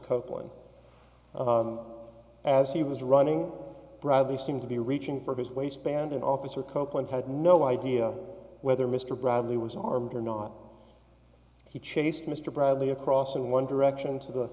copeland as he was running bradley seemed to be reaching for his waistband and officer copeland had no idea whether mr bradley was armed or not he chased mr bradley across in one direction to the